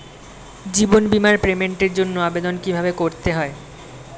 জীবন বীমার পেমেন্টের জন্য আবেদন কিভাবে করতে হয়?